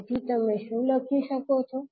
તેથી તમે શું લખી શકો છો